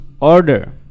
order